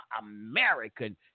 American